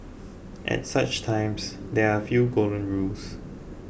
at such times there are a few golden rules